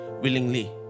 willingly